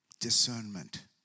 discernment